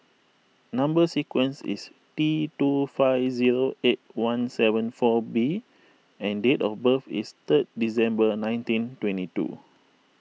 Number Sequence is T two five zero eight one seven four B and date of birth is three December nineteen twenty two